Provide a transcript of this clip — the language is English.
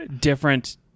different